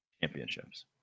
championships